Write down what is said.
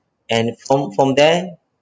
and from from there